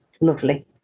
Lovely